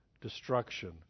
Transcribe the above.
destruction